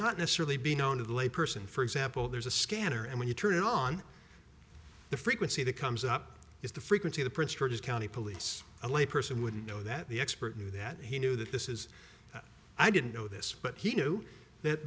not necessarily be known to the lay person for example there's a scanner and when you turn it on the frequency that comes up is the frequency the prince george's county police a layperson wouldn't know that the expert knew that he knew that this is i didn't know this but he knew that